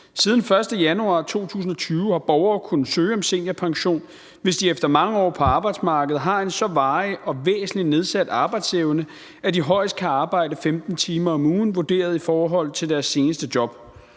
den 1. januar 2020 har borgere kunnet søge om seniorpension, hvis de efter mange år på arbejdsmarkedet har en så varig og væsentlig nedsat arbejdsevne, at de højst kan arbejde 15 timer om ugen vurderet i forhold til deres seneste job.